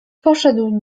poszedł